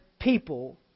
people